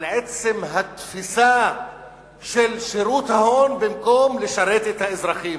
על עצם התפיסה של שירות ההון במקום לשרת את האזרחים.